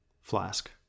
Flask